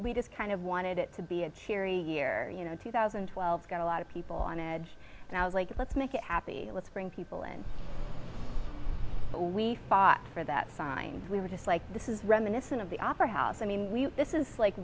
we just kind of wanted it to be a cheery year you know two thousand and twelve got a lot of people on edge and i was like let's make it happy let's bring people in we fought for that sign we were just like this is reminiscent of the opera house i mean this is like